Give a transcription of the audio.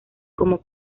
como